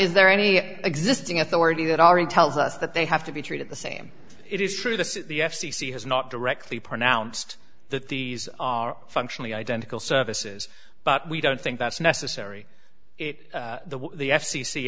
is there any existing authority that already tells us that they have to be treated the same it is true that the f c c has not directly pronounced that these are functionally identical services but we don't think that's necessary it the